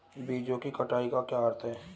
बीजों की कटाई का क्या अर्थ है?